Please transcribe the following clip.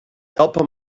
help